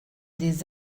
des